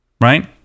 right